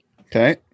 Okay